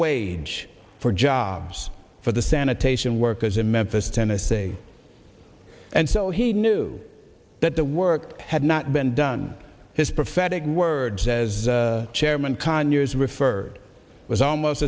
wage for jobs for the sanitation workers in memphis tennessee and so he knew that the work had not been done his prophetic words as chairman conyers referred was almost